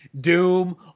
Doom